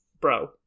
bro